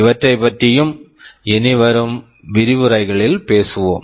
இவற்றைப் பற்றியும் இனி வரும் விரிவுரைகளில் பேசுவோம்